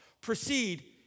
proceed